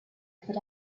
but